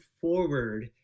forward